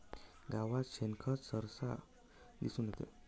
गावात शेणखत सर्रास दिसून येते